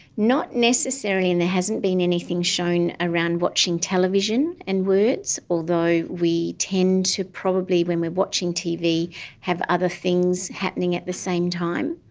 not necessarily, and there hasn't been anything shown around watching television and words, although we tend to probably when we are watching tv have other things happening at the same time,